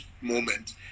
moment